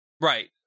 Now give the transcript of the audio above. Right